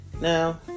Now